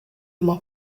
uma